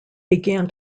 began